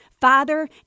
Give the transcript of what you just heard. father